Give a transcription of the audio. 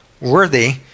worthy